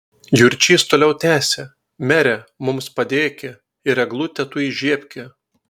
jurčys toliau tęsė mere mums padėki ir eglutę tu įžiebki